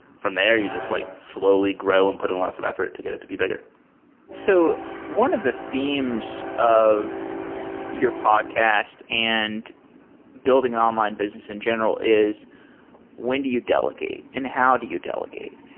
from there you just like slowly grow and put in lots of effort to get it to be bigger so one of the themes of your podcast and building an online business in general is when do you delegate and how do you delegate?